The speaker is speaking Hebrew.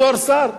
בתור שר.